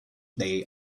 they